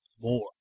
more